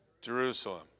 Jerusalem